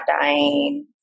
dying